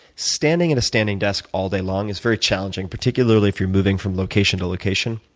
standing at a standing desk all day long is very challenging, particularly if you're moving from location to location.